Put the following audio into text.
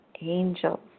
angels